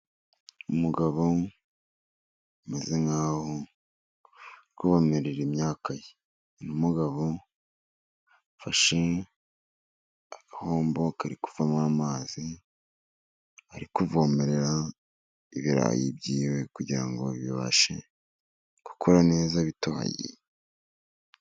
Umugabo ameze nkaho ari kuvomerera imyaka ye. Umugabo ufashe agahombo kari kuvamo amazi ari kuvomerera ibirayi byiwe kugirango ngo bibashe gukura neza bitoshye.